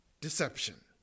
deception